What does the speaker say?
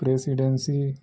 presidency